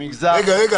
למגזר ה --- רגע, רגע.